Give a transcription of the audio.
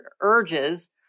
urges